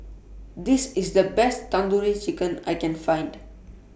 This IS The Best Tandoori Chicken I Can Find